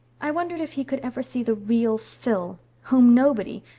i wondered if he could ever see the real phil whom nobody,